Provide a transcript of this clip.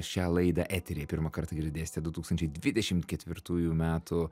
šią laidą eteryje pirmą kartą girdėsite du tūkstančiai dvidešim ketvirtųjų metų